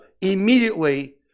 immediately